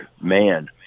man